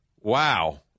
wow